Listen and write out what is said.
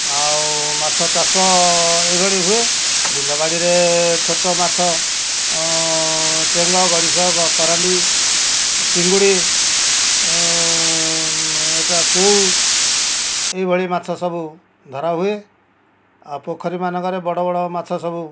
ଆଉ ମାଛଚାଷ ଏଇଭଳି ହୁଏ ବିଲବାଡ଼ିରେ ଛୋଟମାଛ ଚେଙ୍ଗ ଗଡ଼ିଶ କେରାଣ୍ଡି ଚିଙ୍ଗୁଡ଼ି ଏଟା କଉ ଏଇଭଳି ମାଛ ସବୁ ଧରା ହୁଏ ଆଉ ପୋଖରୀ ମାନଙ୍କରେ ବଡ଼ ବଡ଼ ମାଛ ସବୁ